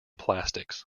plastics